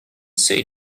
say